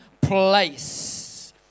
place